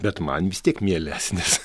bet man vis tiek mielesnis